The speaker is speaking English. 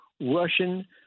Russian